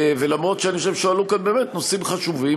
ואף שאני חושב שהועלו כאן באמת נושאים חשובים,